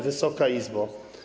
Wysoka Izbo!